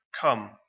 Come